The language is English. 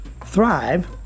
thrive